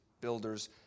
builders